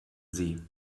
sie